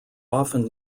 often